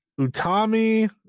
Utami